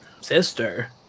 Sister